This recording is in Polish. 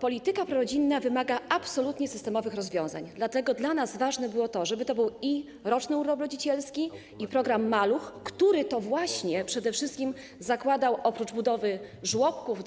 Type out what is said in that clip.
Polityka prorodzinna wymaga absolutnie systemowych rozwiązań, dlatego dla nas ważne było to, żeby to był i roczny urlop rodzicielski, i program „Maluch+”, który przede wszystkim oprócz budowy żłobków,